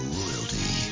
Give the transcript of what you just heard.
royalty